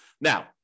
Now